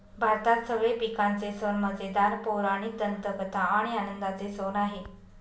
भारतात सगळे पिकांचे सण मजेदार, पौराणिक दंतकथा आणि आनंदाचे सण आहे